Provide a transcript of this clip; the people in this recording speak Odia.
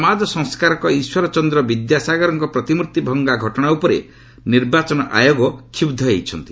ସମାଜ ସଂସ୍କାରକ ଇଶ୍ୱର ଚନ୍ଦ୍ର ବିଦ୍ୟାସାଗରଙ୍କ ପ୍ରତିମ୍ଭିତ୍ତି ଭଙ୍ଗା ଘଟଣା ଉପରେ ନିର୍ବାଚନ ଆୟୋଗ କ୍ଷୁହ୍ ହୋଇଛନ୍ତି